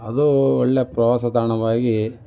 ಅದು ಒಳ್ಳೆ ಪ್ರವಾಸ ತಾಣವಾಗಿ